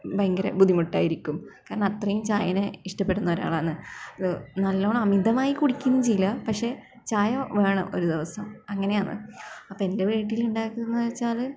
ഭയങ്കര ബുദ്ധിമുട്ടായിരിക്കും കാരണം അത്രയും ചായെനെ ഇഷ്ടപ്പെടുന്ന ഒരാളാണ് അത് നല്ലോണം അമിതമായി കുടിക്കുകയൊന്നും ചെയ്യില്ല പക്ഷേ ചായ വേണം ഒരു ദിവസം അങ്ങനെയാണ് അപ്പം എന്റെ വീട്ടില് ഉണ്ടാക്കുന്നതെന്ന് വെച്ചാൽ